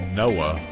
noah